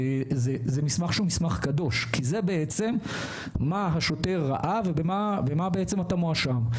וזה מסמך קדוש כי זה בעצם מה השוטר ראה ובמה בעצם אתה מואשם.